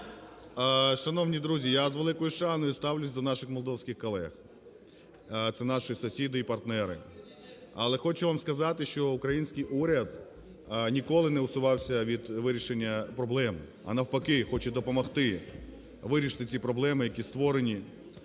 Шановні друзі! Я з великою шаною ставлюсь до наших молдовських колег – це наші сусіди і партнери. Але хочу вам сказати, що український уряд ніколи не усувався від вирішення проблем, а навпаки, хоче допомогти вирішити ці проблеми, які створені.